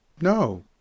No